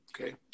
Okay